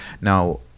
Now